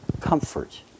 comfort